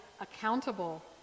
accountable